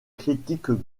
critiques